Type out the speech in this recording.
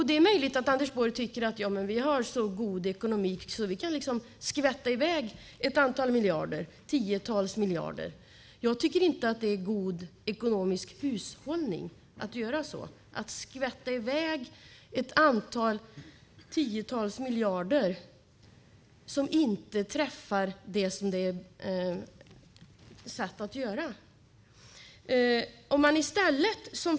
Det är möjligt att Anders Borg tycker att vi har en så god ekonomi att vi kan skvätta i väg ett antal miljarder, tiotals miljarder. Jag tycker inte att det är god ekonomisk hushållning att skvätta i väg tiotals miljarder som inte träffar det som det är tänkt att göra.